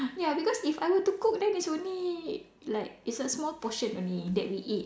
ya because if I were to cook then it's only like it's a small portion only that we eat